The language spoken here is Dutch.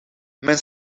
men